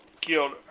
killed